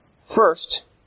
First